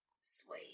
sweet